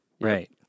Right